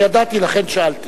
אני ידעתי, לכן שאלתי.